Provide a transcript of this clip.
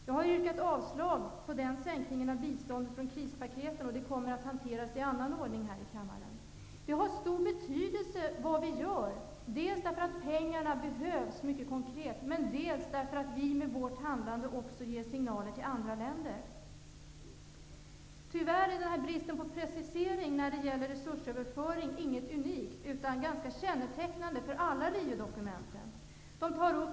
Jag har yrkat avslag beträffande krispaketsminskningen av biståndet. Detta kommer att hanteras i en annan ordning här i kammaren. Det har stor betydelse vad vi gör, dels mycket konkret -- pengarna behövs --, dels därför att vi med vårt handlande ger signaler till andra länder. Tyvärr är bristen på precisering när det gäller resursöverföring inte något unikt, utan den är ganska kännetecknande för alla Riodokumenten.